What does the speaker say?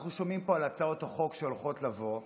אנחנו שומעים פה על הצעות החוק שהולכות לבוא,